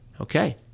Okay